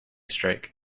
strike